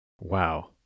Wow